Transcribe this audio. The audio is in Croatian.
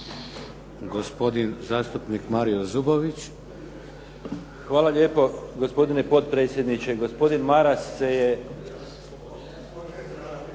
Hvala lijepo, gospodine potpredsjedniče.